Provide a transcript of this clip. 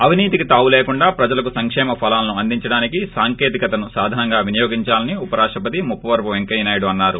అవినీతికి తావు లేకుండా ప్రజలకు సంకేమ ఫలాలను అందించడానికి సాంకేతికను సాధనంగా వినియోగించాలని ఉపరాష్టపతి ముప్పవరపు పెంకయ్య నాయుడు అన్నారు